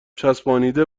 چسبانیده